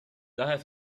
daher